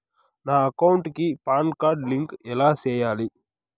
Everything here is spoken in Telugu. నా అకౌంట్ కి పాన్ కార్డు లింకు ఎలా సేయాలి